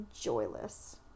joyless